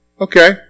Okay